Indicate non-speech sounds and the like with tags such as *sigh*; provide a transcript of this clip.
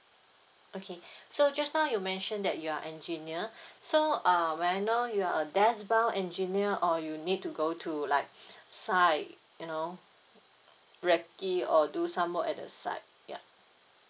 okay *breath* so just now you mentioned that you are engineer so um may I know you are a deskbound engineer or you need to go to like *breath* site like you know recce or do some work at the site ya